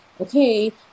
okay